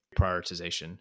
prioritization